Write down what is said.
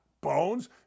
Bones